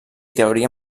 teoria